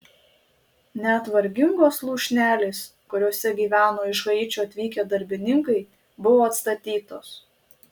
net vargingos lūšnelės kuriose gyveno iš haičio atvykę darbininkai buvo atstatytos